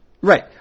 Right